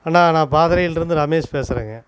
அண்ணா நான் பாதரையிலிருந்து ரமேஷ் பேசுகிறேங்க